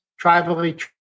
tribally